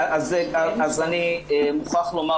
אז אני מוכרח לומר,